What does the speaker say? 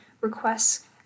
requests